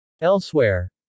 Elsewhere